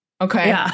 Okay